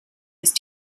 ist